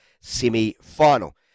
semi-final